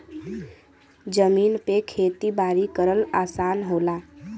जमीन पे खेती बारी करल आसान होला